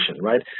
right